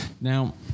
Now